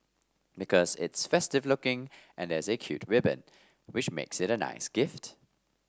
because it's festive looking and there's a cute ribbon which makes it a nice gift